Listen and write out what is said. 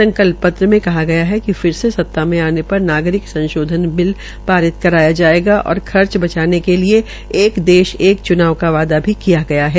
संकल्प पत्र में कहा गया है कि फिर से सता में आने पर नागरिक संशोधन बिला परित करवाया जायेगा और खर्च बचाने के लिये एक देश एक चूनाव का वायदा भी किया गया है